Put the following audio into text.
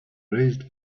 raised